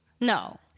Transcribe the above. no